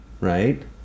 right